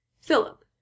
Philip